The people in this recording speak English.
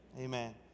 Amen